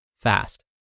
fast